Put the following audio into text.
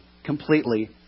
Completely